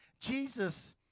Jesus